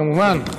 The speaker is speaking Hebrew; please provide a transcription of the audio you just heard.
כמובן.